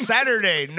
Saturday